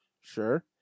Sure